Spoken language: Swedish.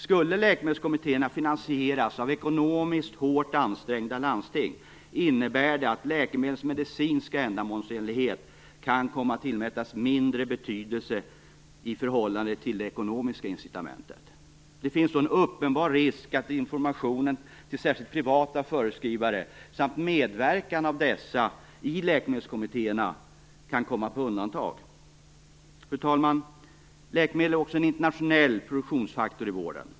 Skulle läkemedelskommittéerna finansieras av ekonomiskt hårt ansträngda landsting innebär det att läkemedlens medicinska ändamålsenlighet kan komma att tillmätas mindre vikt i förhållande till ekonomiska incitament. Det finns då en uppenbar risk att informationen särskilt till privata förskrivare samt medverkan av dessa i läkemedelskommittéerna kan komma på undantag. Fru talman! Läkemedel är också en "internationell" produktionsfaktor i vården.